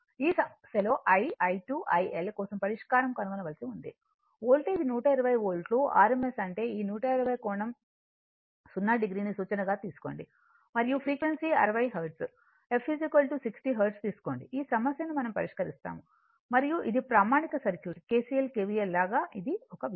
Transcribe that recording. ఈ సమస్యలో I I2 IL కోసం పరిష్కారం కనుగొనవలసి ఉంది వోల్టేజ్ 120 వోల్ట్ rms అంటే ఈ 120 కోణం 0 o ని సూచన గా తీసుకోండి మరియు ఫ్రీక్వెన్సీ 60 హెర్ట్జ్ f 60 హెర్ట్జ్ తీసుకోండి ఈ సమస్యను మనం పరిష్కరిస్తాము మరియు ఇది ప్రామాణిక సర్క్యూట్ kcl kvl లాగా ఇది ఒక విషయం